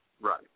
Right